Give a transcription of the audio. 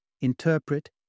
interpret